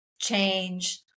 change